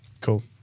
Cool